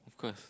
of course